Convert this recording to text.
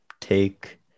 take